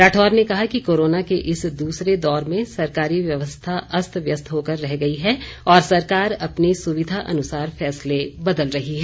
राठौर ने कहा कि कोरोना के इस दूसरे दौर में सरकारी व्यवस्था अस्त व्यस्त होकर रह गई है और सरकार अपनी सुविधा अनुसार फैसले बदल रही है